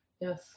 Yes